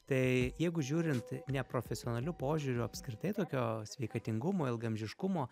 tai jeigu žiūrint neprofesionaliu požiūriu apskritai tokio sveikatingumo ilgaamžiškumo